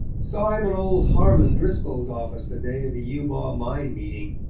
saw him in old harmon driscoll's office the day of the eubaw mine meeting.